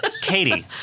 Katie